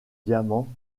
diamants